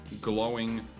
glowing